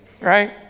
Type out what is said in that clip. Right